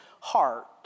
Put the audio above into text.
heart